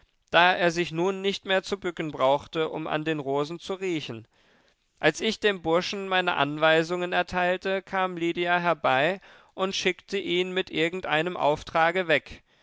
da er sich nun nicht mehr zu bücken brauchte um an den rosen zu riechen als ich dem burschen meine anweisungen erteilte kam lydia herbei und schickte ihn mit irgendeinem auftrage weg